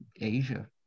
Asia